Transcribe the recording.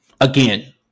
Again